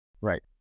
Right